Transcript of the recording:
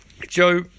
Joe